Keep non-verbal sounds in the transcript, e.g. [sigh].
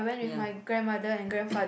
yeah [coughs]